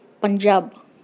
Punjab